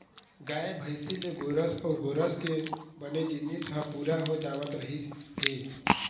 गाय, भइसी ले गोरस अउ गोरस के बने जिनिस ह पूरा हो जावत रहिस हे